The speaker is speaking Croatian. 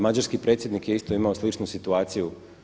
Mađarski predsjednik je isto imao sličnu situaciju.